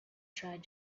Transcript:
tried